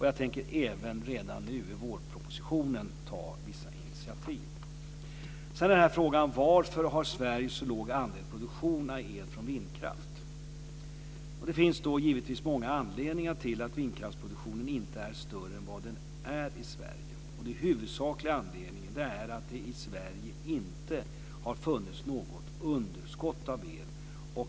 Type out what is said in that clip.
Jag tänker även, redan nu i vårpropositionen, ta vissa initiativ. Sedan gällde det frågan varför Sverige har så låg andel produktion av el från vindkraft. Det finns givetvis många anledningar till att vindkraftsproduktionen inte är större än vad den är i Sverige. Den huvudsakliga anledningen är att det i Sverige inte har funnits något underskott av el.